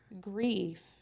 grief